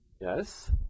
yes